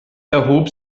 erhob